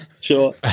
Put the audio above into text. sure